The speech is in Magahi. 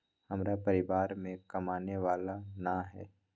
हमरा परिवार में कमाने वाला ना है?